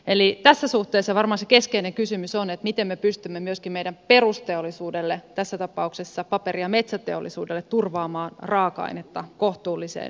eli tässä suhteessa varmaan se keskeinen kysymys on miten me pystymme myöskin meidän perusteollisuudelle tässä tapauksessa paperi ja metsäteollisuudelle turvaamaan raaka ainetta kohtuulliseen hintaan